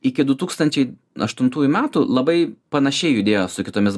iki du tūkstančiai aštuntųjų metų labai panašiai judėjo su kitomis